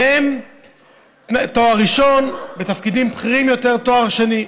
והם תואר ראשון, ובתפקידים בכירים יותר, תואר שני.